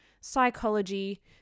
psychology